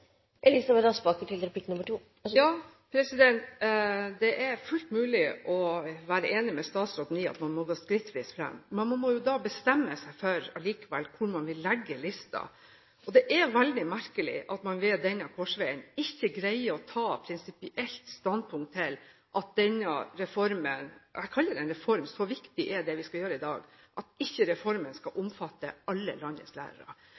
Det er fullt mulig å være enig med statsråden i at man må gå skrittvis fram. Men man må allikevel bestemme seg for hvor man vil legge lista. Det er veldig merkelig at man ved denne korsvei ikke greier å ta prinsipielt standpunkt til at denne reformen – jeg kaller det reform, så viktig er det vi skal gjøre i dag – skal omfatte alle landets